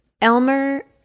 Elmer